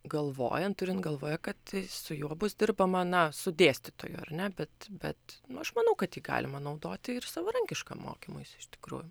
galvojant turint galvoje kad su juo bus dirbama na su dėstytoju ar ne bet bet nu aš manau kad jį galima naudoti ir savarankiškam mokymuisi iš tikrųjų